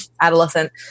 adolescent